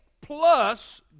plus